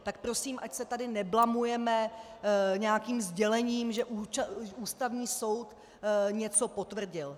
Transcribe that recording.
Tak prosím, ať se tady neblamujeme nějakým sdělením, že Ústavní soud něco potvrdil.